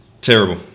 Terrible